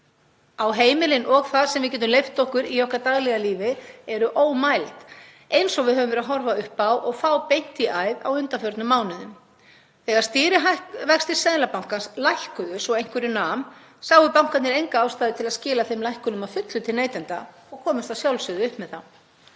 á heimilin og það sem við getum leyft okkur í okkar daglega lífi eru ómæld eins og við höfum verið að horfa upp á og fá beint í æð á undanförnum mánuðum. Þegar stýrivextir Seðlabankans lækkuðu svo einhverju nam sáu bankarnir enga ástæðu til að skila þeim lækkunum að fullu til neytenda og komust að sjálfsögðu upp með það.